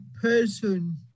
person